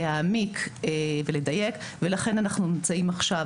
להעמיק ולדייק ולכן אנחנו נמצאים עכשיו